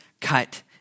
cut